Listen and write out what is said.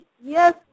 Yes